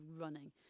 running